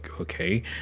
okay